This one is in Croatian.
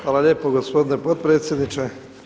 Hvala lijepo gospodine potpredsjedniče.